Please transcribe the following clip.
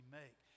make